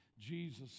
Jesus